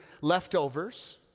leftovers